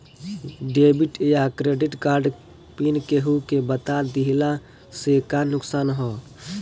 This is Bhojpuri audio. डेबिट या क्रेडिट कार्ड पिन केहूके बता दिहला से का नुकसान ह?